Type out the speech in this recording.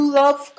love